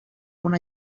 una